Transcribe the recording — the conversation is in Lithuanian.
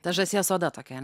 ta žąsies oda tokia